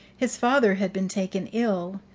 his father had been taken ill,